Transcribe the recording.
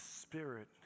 spirit